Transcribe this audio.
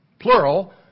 plural